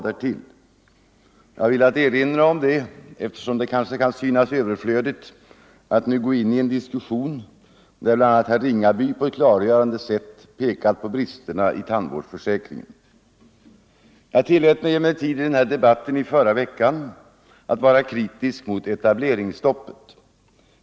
Jag har velat erinra om detta, eftersom det kanske kan synas överflödigt att nu gå in i en diskussion där bl.a. herr Ringaby på ett klargörande sätt pekar på bristerna i tandvårdsförsäkringen. Jag tillät mig emellertid att i förra veckans debatt vara kritisk mot etableringsstoppet.